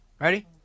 Ready